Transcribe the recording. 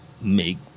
make